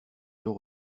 nos